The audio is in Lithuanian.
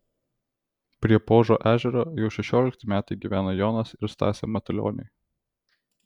prie puožo ežero jau šešiolikti metai gyvena jonas ir stasė matulioniai